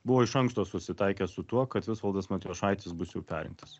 buvo iš anksto susitaikę su tuo kad visvaldas matijošaitis bus jau perrinktas